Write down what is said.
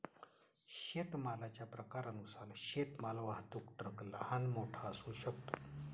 शेतमालाच्या प्रकारानुसार शेतमाल वाहतूक ट्रक लहान, मोठा असू शकतो